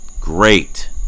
Great